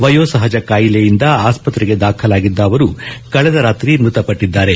ವಯೋ ಸಹಜ ಕಾಯಿಲೆಯಿಂದ ಆಸ್ಪತ್ರೆಗೆ ದಾಖಲಾಗಿದ ಅವರು ಕಳೆದ ರಾತ್ರಿ ಮೃತಪಟಿದ್ದಾರೆ